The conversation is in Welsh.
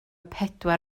pedwar